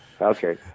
Okay